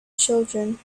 children